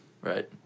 Right